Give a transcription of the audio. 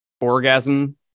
orgasm